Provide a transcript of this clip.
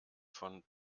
von